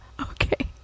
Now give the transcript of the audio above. Okay